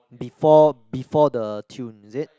before before the tune is it